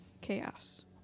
chaos